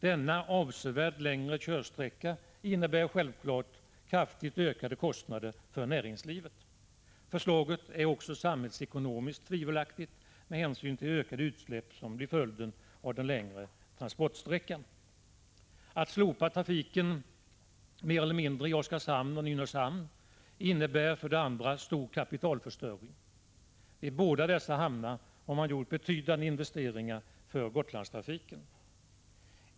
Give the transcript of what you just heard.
Denna avsevärt längre körsträcka innebär självfallet kraftigt ökade kostnader för näringslivet. Förslaget är också samhällsekonomiskt tvivelaktigt med hänsyn till de ökade utsläpp som blir följden av denna längre transportsträcka. Att mer eller mindre slopa trafiken i Oskarshamn och Nynäshamn innebär för det andra stor kapitalförstöring. Vid båda dessa hamnar har man gjort betydande investeringar för Gotlandstrafiken.